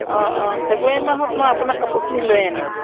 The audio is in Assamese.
অঁ অঁ ফেব্ৰুৱাৰী মাহত মই আপোনাৰ কাপোৰখিনি লৈ আনিম